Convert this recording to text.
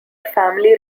family